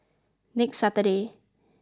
next Saturday